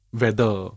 Weather